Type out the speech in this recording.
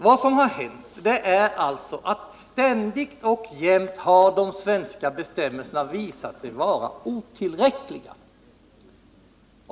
Vad som hänt är alltså att ständigt och jämt har de svenska bestämmelserna visat sig vara otillräckliga.